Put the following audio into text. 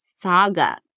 saga